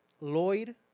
Lloyd